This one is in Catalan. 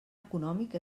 econòmic